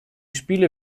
spiele